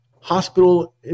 hospital